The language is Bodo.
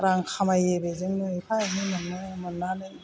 रां खामायो बेजोंनो एफा एनै मोनो मोननानै